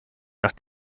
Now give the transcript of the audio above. nach